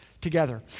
Together